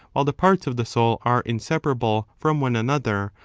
while the parts of the soul are inseparable from one another,